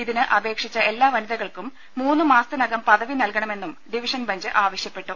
ഇതിന് അപേക്ഷിച്ചു എല്ലാ വനിതകൾക്കും മൂന്നുമാസത്തിനകം പദവി നൽകണമെന്നും ഡിവിഷൻ ബെഞ്ച് ആവശ്യപ്പെട്ടു